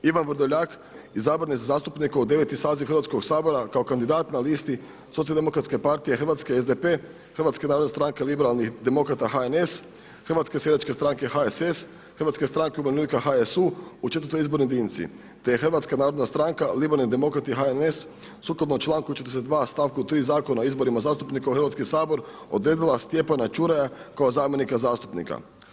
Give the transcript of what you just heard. Ivan Vrdoljak, izabran je za zastupnika u 9 saziv Hrvatskog sabora, kao kandidat na listi Socijalno demokratske partije Hrvatske SDP, Hrvatske narodne stranke liberalnih demokrata HNS, Hrvatske seljačke stranke HSS, Hrvatske stranke umirovljenika HSU, u četvrtoj izbornoj jedinici, te je Hrvatska narodna stranka liberalni demokrati HNS, sukladno članku 42. stavku 3. Zakona o izboru zastupnika u Hrvatski sabor, odredila Stjepana Čuraja kao zamjenika zastupnika.